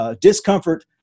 discomfort